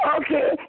okay